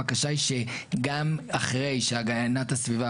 הבקשה היא שגם אחרי שהגנת הסביבה,